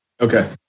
Okay